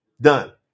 Done